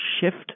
shift